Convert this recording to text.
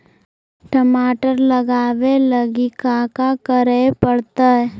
टमाटर लगावे लगी का का करये पड़तै?